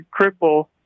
cripple